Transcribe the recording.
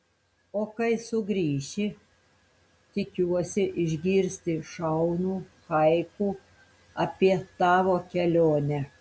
o kai sugrįši tikiuosi išgirsti šaunų haiku apie tavo kelionę